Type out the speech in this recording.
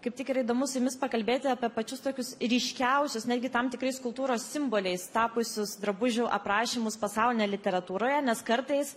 kaip tik yra įdomu su jumis pakalbėti apie pačius tokius ryškiausius netgi tam tikrais kultūros simboliais tapusius drabužių aprašymus pasaulinėje literatūroje nes kartais